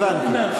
הבנתי.